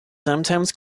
sometimes